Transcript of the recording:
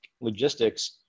logistics